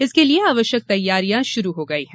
इसके लिये आवश्यक तैयारियाँ शुरू हो गयी हैं